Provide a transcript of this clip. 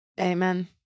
Amen